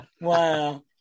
wow